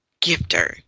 gifter